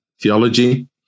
theology